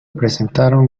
presentaron